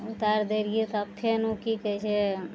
उतारि देलियै तब फेन उ की कहय छै